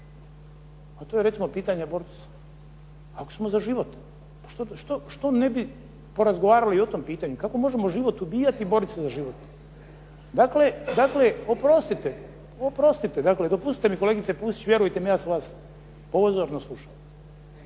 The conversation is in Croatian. A to je recimo pitanje abortusa. Ako smo za život, što ne bi porazgovarali i o tom pitanju? Kako možemo život ubijati, a boriti se za život? Dakle, oprostite. Oprostite dakle, dopustite mi kolegice Pusić, vjerujte mi ja sam vas pozorno slušao.